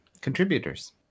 contributors